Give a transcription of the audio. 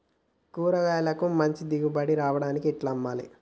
కూరగాయలకు మంచి దిగుబడి రావడానికి ఎట్ల అమ్మాలే?